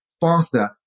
faster